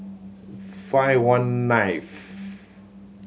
five one ninth